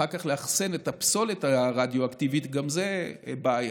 אחר כך לאחסן את הפסולת הרדיואקטיבית גם זו בעיה.